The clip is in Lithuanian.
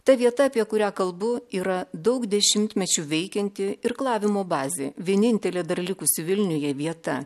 ta vieta apie kurią kalbu yra daug dešimtmečių veikianti irklavimo bazė vienintelė dar likusi vilniuje vieta